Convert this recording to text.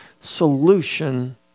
solution